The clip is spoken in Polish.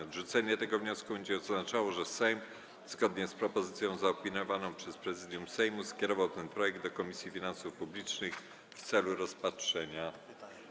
Odrzucenie tego wniosku będzie oznaczało, że Sejm, zgodnie z propozycją zaopiniowaną przez Prezydium Sejmu, skierował ten projekt do Komisji Finansów Publicznych w celu rozpatrzenia.